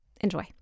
Enjoy